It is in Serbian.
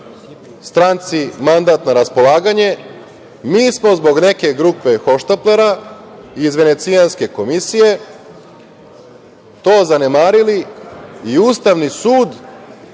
stranci mandat na raspolaganje. Mi smo zbog neke grupe hohštaplera iz Venecijanske komisije to zanemarili i Ustavni sud